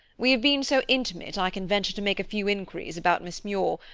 we have been so intimate i can venture to make a few inquiries about miss muir,